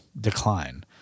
decline